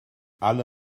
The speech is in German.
alle